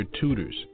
tutors